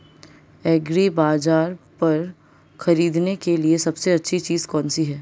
एग्रीबाज़ार पर खरीदने के लिए सबसे अच्छी चीज़ कौनसी है?